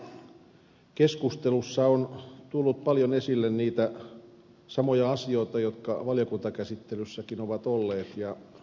tässä keskustelussa on tullut paljon esille niitä samoja asioita jotka valiokuntakäsittelyssäkin ovat olleet